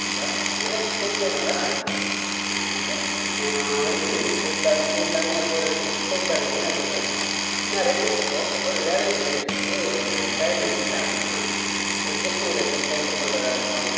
இப்போ எனக்கு தெரிஞ்சதினால நான் இதை சொல்கிறேன் இப்போ வந்து ஸ்டேட் பேங்க் இண்டியன் பேங்க்லேயும் அக்கோண்ட் இருக்கு ஸ்டேட் பேங்க்லேயும் அக்கோண்ட் இருக்கு நான் ரெண்டுத்துக்கும் ஒரு வேலையை செய்கிறத்துக்கு ஒரு டைம் எடுத்துக்கிட்டேன் அப்படின்னா ஒரு ஜஸ்ட்டு ஒரு புக் என்ட்ரி பண்ணுறதா இருக்கட்டும்